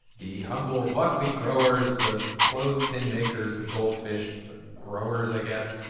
the humble buckwheat growers, the clothes pin makers, the goldfish but growers, i guess,